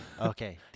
Okay